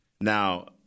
Now